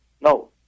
No